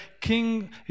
king